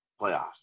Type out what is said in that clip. playoffs